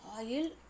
oil